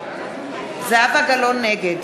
נגד